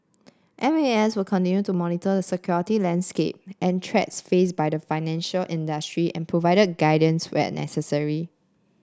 M A S will continue to monitor the security landscape and threats faced by the financial industry and provide the guidance where necessary